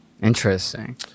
interesting